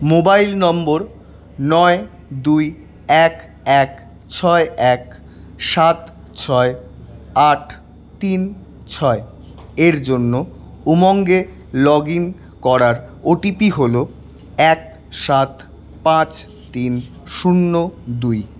mobile নম্বর নয় দুই এক এক ছয় এক সাত ছয় আট তিন ছয়ের জন্য উমঙ্গে লগ ইন করার ওটিপি হল এক সাত পাঁচ তিন শূন্য দুই